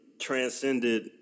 transcended